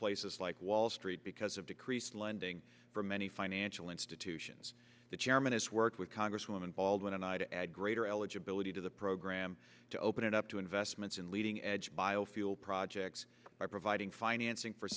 places like wall street because of decreased lending from many financial institutions the chairman has worked with congresswoman baldwin and i to add greater eligibility to the program to open it up to investments in leading edge biofuel projects by providing financing f